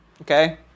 okay